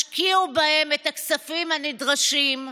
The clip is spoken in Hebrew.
השקיעו בהם את הכספים הנדרשים,